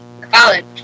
College